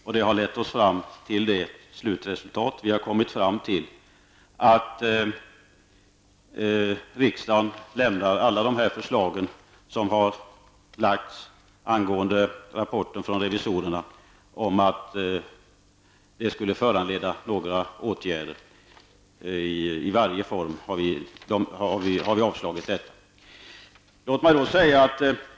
Detta har resulterat i att vi kommit fram till att riksdagen bör avslå dessa förslag angående att rapporten från revisorerna skulle föranleda några åtgärder.